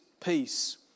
peace